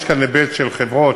יש כאן היבט של חברות